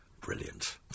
Brilliant